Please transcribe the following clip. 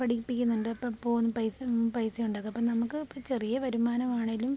പഠിപ്പിക്കുന്നുണ്ട് അപ്പോള് പൈസ പൈസ ഉണ്ടാക്കാം അപ്പോള് നമ്മള്ക്ക് ചെറിയ വരുമാനം ആണേലും